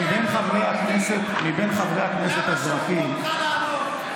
מבין חברי הכנסת הזועקים,